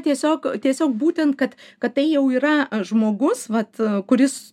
tiesiog tiesiog būtent kad kad tai jau yra žmogus vat kuris